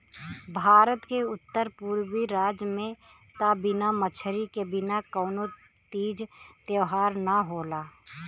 भारत के उत्तर पुरबी राज में त बिना मछरी के बिना कवनो तीज त्यौहार ना होला